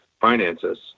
finances